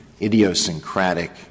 idiosyncratic